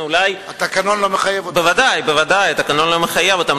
התקנון לא מחייב אותם.